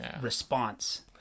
response